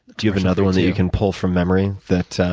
do you have another one that you can pull from memory that?